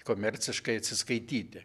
komerciškai atsiskaityti